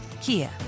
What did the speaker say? Kia